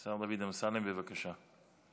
השר דוד אמסלם, בבקשה.